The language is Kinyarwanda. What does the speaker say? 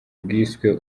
bwiswe